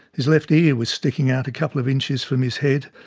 his left ear was sticking out a couple of inches from his head.